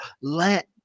Let